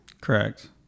correct